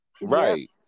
Right